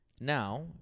Now